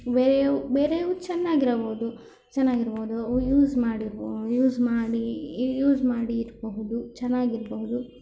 ಬೇರೆಯೂ ಬೇರೆಯೂ ಚೆನ್ನಾಗಿರಬಹ್ದು ಚೆನ್ನಾಗಿರ್ಬೋದು ಒ ಯೂಸ್ ಮಾಡಿರ್ಬೋ ಯೂಸ್ ಮಾಡಿ ಯೂಸ್ ಮಾಡಿ ಇರಬಹುದು ಚೆನ್ನಾಗಿರ್ಬಹುದು